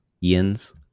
yins